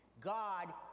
God